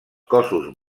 cossos